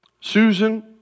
Susan